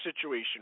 situation